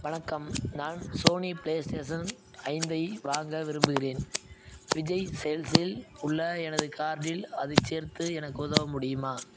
வணக்கம் நான் Sony PlayStation ஐந்தை வாங்க விரும்புகிறேன் விஜய் சேல்ஸில் உள்ள எனது கார்டில் அதைச் சேர்த்து எனக்கு உதவ முடியுமா